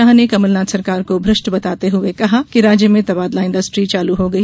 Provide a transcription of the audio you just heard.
शाह ने कमलनाथ सरकार को भ्रष्ट बताते हुये कहा कि राज्य में तबादला इंडस्ट्री चालू हो गई